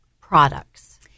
products